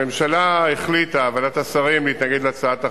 הממשלה החליטה, ועדת השרים, להתנגד להצעת החוק.